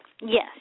Yes